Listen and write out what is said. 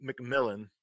McMillan